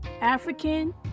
African